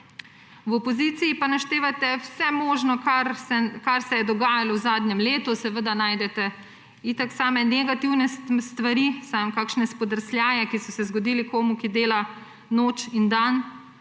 V opozicijo pa naštevate vse možno, kar se je dogajalo v zadnjem letu, seveda najdete itak same negativne stvari, samo kakšne spodrsljaje, ki so se zgodili komu, ki dela noč in dan.